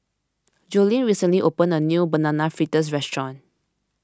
Jolene recently opened a new Banana Fritters restaurant